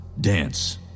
dance